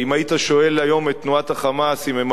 אם הייתי שואל היום את תנועת ה"חמאס" אם הם